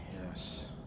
Yes